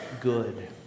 good